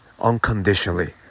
unconditionally